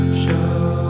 show